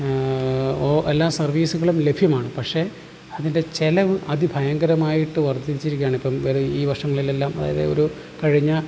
ഓ എല്ലാ സർവ്വീസുകളും ലഭ്യമാണ് പക്ഷെ അതിൻ്റെ ചിലവ് അതിഭയങ്കരമായിട്ട് വർധിച്ചിരിക്കുകയാണ് ഇപ്പം വരും ഈ വർഷങ്ങളിലെല്ലാം അതായത് ഒരു കഴിഞ്ഞ